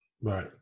Right